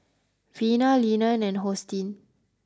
Vena Lina and Hosteen